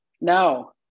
No